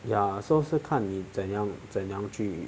ya so so 看你怎样怎样去